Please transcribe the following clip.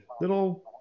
little